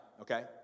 Okay